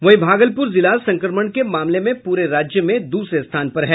वहीं भागलपुर जिला संक्रमण के मामले में पूरे राज्य में दूसरे स्थान पर है